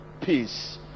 peace